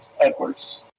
Edwards